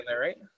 right